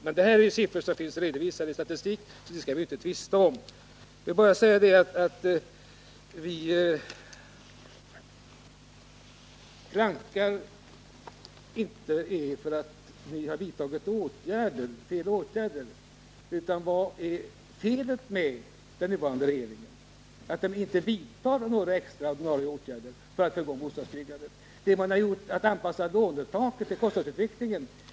Siffrorna finns emellertid redovisade i statistiken, varför vi inte behöver tvista om dem. Får jag sedan säga att vi inte kritiserar er för att ni har vidtagit felaktiga åtgärder. Felet med den nuvarande regeringen är att den inte vidtar några extraordinära åtgärder för att bostadsbyggandet skall komma i gång. Ni har ju hela tiden anpassat lånetaket till kostnadsutvecklingen.